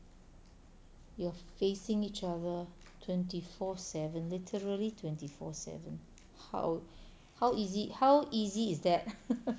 you're facing each other twenty four seven literally twenty four seven how how easy how easy is that